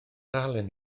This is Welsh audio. halen